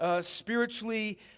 spiritually